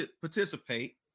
participate